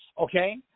okay